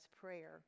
prayer